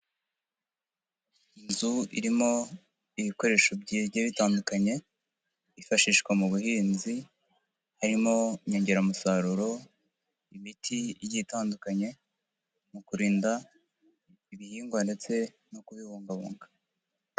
Inzu irimo ibikoresho bigiye bitandukanye, byifashishwa mu buhinzi, harimo inyongeramusaruro, imiti igiye itandukanye mu kurinda ibihingwa, ndetse no kubibungabunga.